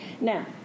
Now